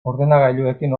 ordenagailuekin